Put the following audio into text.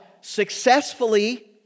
successfully